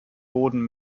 boden